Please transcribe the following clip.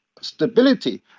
stability